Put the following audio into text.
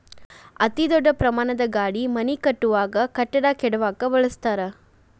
ಅತೇ ದೊಡ್ಡ ಪ್ರಮಾಣದ ಗಾಡಿ ಮನಿ ಕಟ್ಟುವಾಗ, ಕಟ್ಟಡಾ ಕೆಡವಾಕ ಬಳಸತಾರ